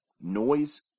noise